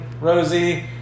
Rosie